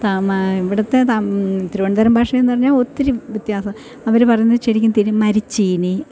ഇവിടത്തെ തിരുവനന്തപുരം ഭാഷയെന്നു പറഞ്ഞാല് ഒത്തിരി വ്യത്യാസം അവര് പറയുന്ന് ശരിക്കും തിരി മരിച്ചീനി